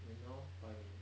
then now 摆美